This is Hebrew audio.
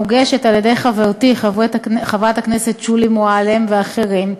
המוגשת על-ידי חברתי חברת הכנסת שולי מועלם ואחרים,